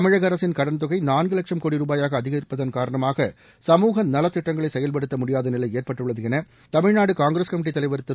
தமிழக அரசின் கடன்தொகை நான்கு லட்சம் கோடி ரூபாயாக அதிகரித்திருப்பதன் காரணமாக சமூக நலத் திட்டங்களை செயல்படுத்த முடியாத நிலை ஏற்பட்டுள்ளது என தமிழ்நாடு காங்கிரஸ் கமிட்டி தலைவர் திரு